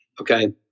Okay